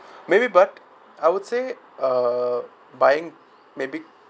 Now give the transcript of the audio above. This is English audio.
maybe but I would say uh buying maybe